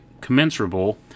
commensurable